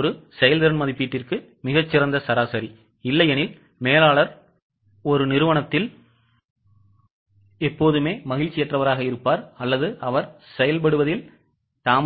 அது ஒரு செயல்திறன் மதிப்பீட்டிற்கு மிகச் சிறந்த சராசரி இல்லையெனில் மேலாளர் எப்போதுமே மகிழ்ச்சியற்றவராக இருப்பார் அல்லது செயல்படுவதில்லை